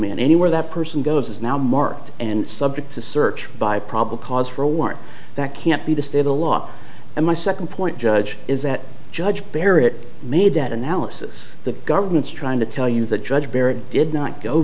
boogeyman anywhere that person goes is now marked and subject to search by probable cause for a warrant that can't be the state a lot and my second point judge is that judge barrett made that analysis the government's trying to tell you that judge barrett did not go